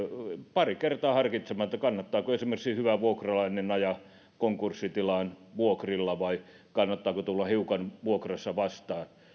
pari kertaa harkitsemaan kannattaako esimerkiksi hyvä vuokralainen ajaa konkurssitilaan vuokrilla vai kannattaako tulla hiukan vuokrassa vastaan